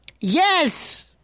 Yes